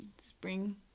spring